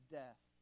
death